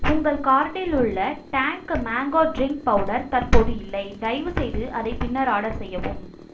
உங்கள் கார்ட்டிலுள்ள Tang mango drink powder தற்போது இல்லை தயவுசெய்து அதை பின்னர் ஆடர் செய்யவும்